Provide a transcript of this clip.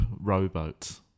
rowboat